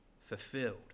fulfilled